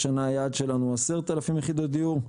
השנה היעד שלנו 10,000 יחידות דיור.